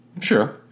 Sure